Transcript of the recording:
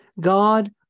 God